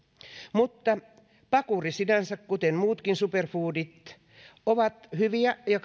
mutta pakuri sinänsä kuten muutkin superfoodit on hyvä ja